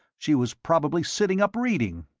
she was probably sitting up reading.